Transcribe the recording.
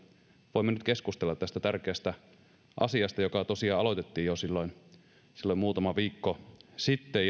voimme nyt keskustella tästä tärkeästä asiasta josta keskustelu tosiaan aloitettiin jo silloin silloin muutama viikko sitten